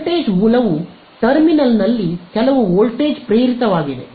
voltage ಮೂಲವು ಟರ್ಮಿನಲ್ನಲ್ಲಿ ಕೆಲವು ವೋಲ್ಟೇಜ್ ಪ್ರೇರಿತವಾಗಿದೆ